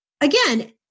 again